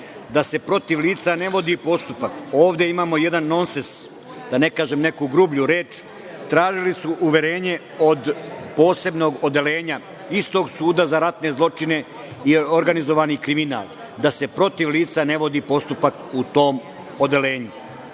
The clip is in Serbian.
da se protiv lica ne vodi postupak, imamo jedan nonsens, da ne kažem neku grublju reč, tražili su uverenje od posebnog odeljenja istog suda za ratne zločine i organizovani kriminal, da se protiv lica ne vodi postupak u tom odeljenju.